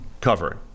Covering